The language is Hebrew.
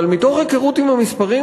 אבל מתוך היכרות עם המספרים,